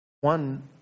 one